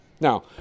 Now